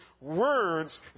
words